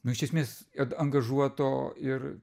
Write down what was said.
nu iš esmės ad angažuoto ir